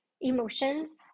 emotions